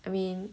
I mean